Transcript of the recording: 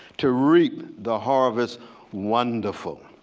to reap the harvest wonderful.